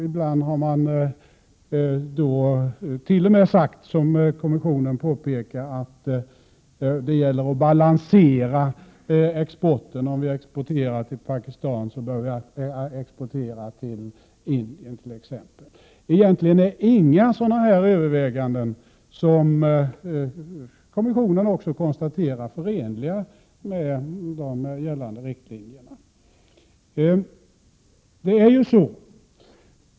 Ibland har man t.o.m. sagt, som kommissionen också påpekar, att det gäller att balansera exporten. Om vi exporterar t.ex. till Pakistan, bör vi exportera till Indien. Egentligen är inga sådana här överväganden, vilket också kommissionen konstaterar, förenliga med de gällande riktlinjerna.